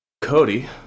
Cody